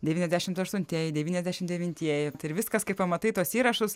devyniasdešimt aštuntieji devyniasdešim devintieji tai ir viskas kai pamatai tuos įrašus